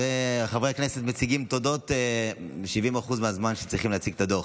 הרי חברי הכנסת מציגים תודות ב-70% מהזמן שצריכים להציג את הדוח.